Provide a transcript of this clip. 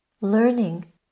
learning